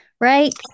Right